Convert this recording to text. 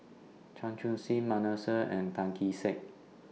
Chan Chun Sing Manasseh and Tan Kee Sek